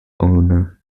owner